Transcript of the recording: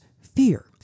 fear